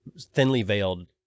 thinly-veiled